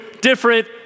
different